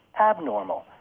abnormal